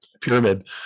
pyramid